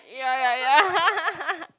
ya ya ya